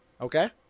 Okay